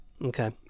okay